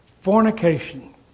Fornication